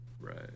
right